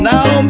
Now